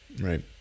Right